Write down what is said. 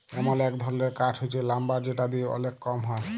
এমল এক ধরলের কাঠ হচ্যে লাম্বার যেটা দিয়ে ওলেক কম হ্যয়